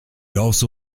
also